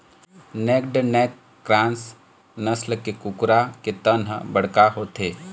naked neck cross नसल के कुकरा के तन ह बड़का होथे